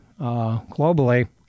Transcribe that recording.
globally